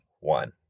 one